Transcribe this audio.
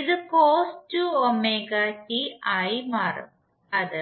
ഇത് ആയി മാറും അത്